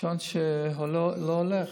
שעון שלא הולך.